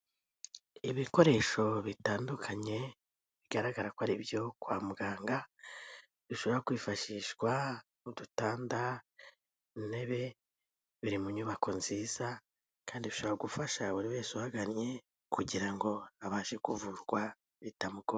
Ibikoresho bitandukanye bigaragara ko ari ibyo kwa muganga bishobora kwifashishwa, udutanda, intebe, biri mu nyubako nziza kandi ishobora gufasha buri wese uhagannye kugira ngo abashe kuvurwa bitamugoye.